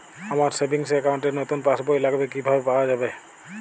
আমার savings account র নতুন পাসবই লাগবে, কিভাবে পাওয়া যাবে?